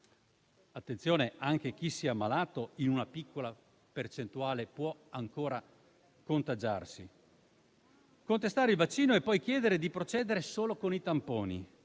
attenzione, anche chi si è ammalato in una piccola percentuale può ancora contagiarsi - e poi chiedere di procedere solo con i tamponi.